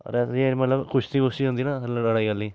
wrestling मतलब कुश्ती बुश्ती होंदी न लड़ाई आह्ली